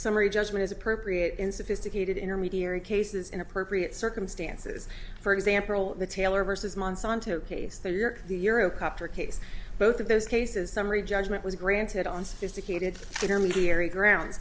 summary judgment is appropriate in sophisticated intermediary cases in appropriate circumstances for example the taylor versus monsanto case they are the eurocopter case both of those cases summary judgment was granted on sophisticated intermediary ground